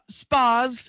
spas